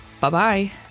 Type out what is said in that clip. Bye-bye